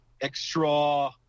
extra